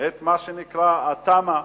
את מה שנקרא התמ"א